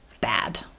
bad